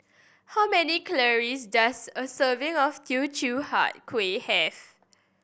how many calories does a serving of Teochew Huat Kuih have